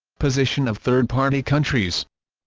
position of third party countries